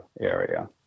area